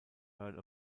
earl